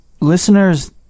Listeners